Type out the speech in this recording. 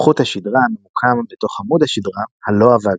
חוט השדרה הממוקם בתוך עמוד השדרה, הלוע והגרון,